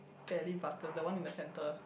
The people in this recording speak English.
tally button that one in the center